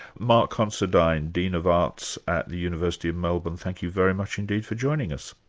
mark considine, dean of arts at the university of melbourne, thank you very much indeed for joining us.